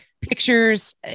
pictures